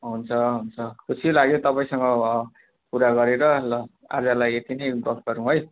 हुन्छ हुन्छ खुसी लाग्यो तपाईँसँग कुरा गरेर ल आजलाई यति नै गफ गरौँ है